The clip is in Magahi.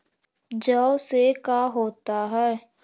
जौ से का होता है?